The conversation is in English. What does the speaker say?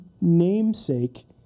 namesake